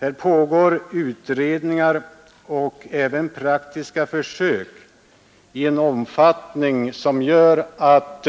Här pågår utredningar och även praktiska försök i en omfattning som gör att